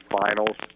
Finals